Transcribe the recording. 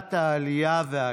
בוועדת העלייה והקליטה.